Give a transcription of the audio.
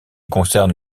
concerne